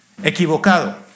Equivocado